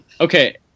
Okay